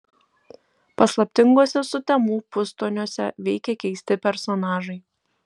paslaptinguose sutemų pustoniuose veikia keisti personažai